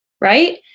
Right